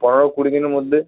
পনেরো কুড়ি দিনের মধ্যে